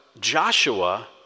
joshua